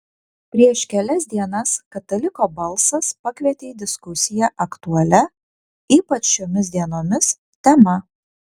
prieš kelias dienas kataliko balsas pakvietė į diskusiją aktualia ypač šiomis dienomis tema